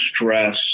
stress